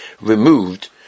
removed